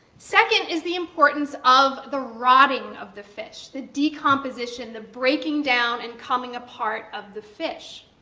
second is the importance of the rotting of the fish, the decomposition, the breaking down and coming apart of the fish.